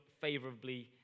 favorably